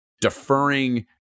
deferring